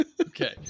Okay